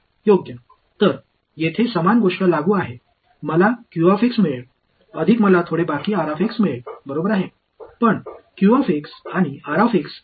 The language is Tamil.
இந்த வழக்கில் 1 எனவே அதே விஷயம் இங்கே பொருந்தும் நான் ஒரு பிளஸ் பெறுவேன் என்னிடம் சில ரிமைண்டர் இருக்கும்